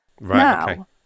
Now